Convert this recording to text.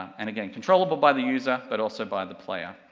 and again, controllable by the user, but also by the player.